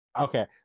Okay